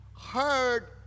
heard